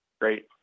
Great